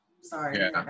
Sorry